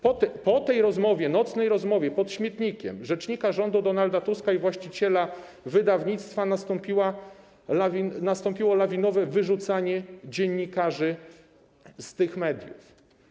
Po tej rozmowie, nocnej rozmowie pod śmietnikiem rzecznika rządu Donalda Tuska i właściciela wydawnictwa nastąpiło lawinowe wyrzucanie dziennikarzy z tych mediów.